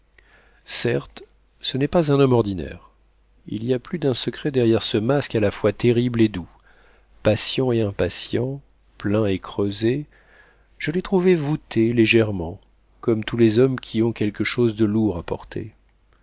certes ce n'est pas un homme ordinaire il y a plus d'un secret derrière ce masque à la fois terrible et doux patient et impatient plein et creusé je l'ai trouvé voûté légèrement comme tous les hommes qui ont quelque chose de lourd à porter